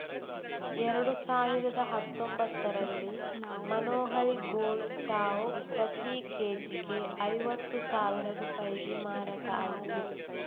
ಎರಡು ಸಾವಿರದ ಹತ್ತೊಂಭತ್ತರಲ್ಲಿ ಮನೋಹರಿ ಗೋಲ್ಡ್ ಚಾವು ಪ್ರತಿ ಕೆ.ಜಿಗೆ ಐವತ್ತು ಸಾವಿರ ರೂಪಾಯಿಗೆ ಮಾರಾಟ ಆಯ್ತು